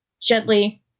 gently